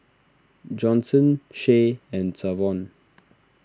Johnson Shay and Savon